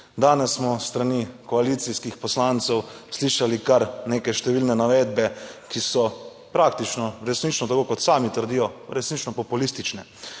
Danes smo s strani koalicijskih poslancev slišali kar neke številne navedbe, ki so praktično, resnično, tako kot sami trdijo, resnično populistične.